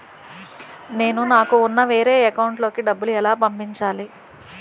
నేను నాకు ఉన్న వేరే అకౌంట్ లో కి డబ్బులు ఎలా పంపించాలి?